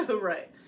right